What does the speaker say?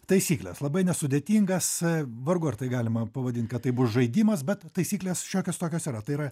taisykles labai nesudėtingas vargu ar tai galima pavadint tai bus žaidimas bet taisyklės šiokios tokios yra tai yra